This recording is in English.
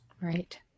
right